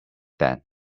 then